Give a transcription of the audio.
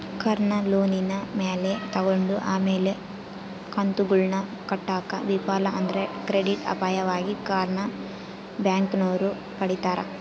ಕಾರ್ನ ಲೋನಿನ ಮ್ಯಾಲೆ ತಗಂಡು ಆಮೇಲೆ ಕಂತುಗುಳ್ನ ಕಟ್ಟಾಕ ವಿಫಲ ಆದ್ರ ಕ್ರೆಡಿಟ್ ಅಪಾಯವಾಗಿ ಕಾರ್ನ ಬ್ಯಾಂಕಿನೋರು ಪಡೀತಾರ